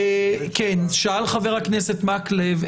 בקשה, חבר הכנסת מקלב.